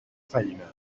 feina